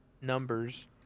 numbers